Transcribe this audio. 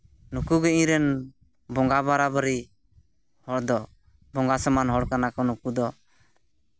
ᱱᱩᱠᱩ ᱜᱮ ᱤᱧ ᱨᱮᱱ ᱵᱚᱸᱜᱟ ᱵᱟᱨᱟᱵᱟᱹᱨᱤ ᱦᱚᱲᱫᱚ ᱵᱚᱸᱜᱟ ᱥᱚᱢᱟᱱ ᱦᱚᱲ ᱠᱟᱱᱟᱠᱚ ᱱᱩᱠᱩ ᱫᱚ